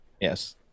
Yes